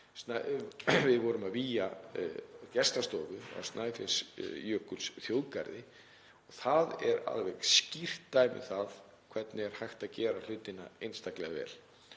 við vorum að vígja gestastofu í Snæfellsjökulsþjóðgarði. Það er alveg skýrt dæmi um það hvernig er hægt að gera hlutina einstaklega vel.